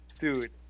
Dude